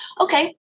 okay